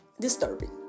Disturbing